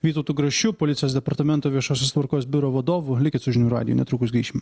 vytautu grašiu policijos departamento viešosios tvarkos biuro vadovu likit su žinių radiju netrukus grįšim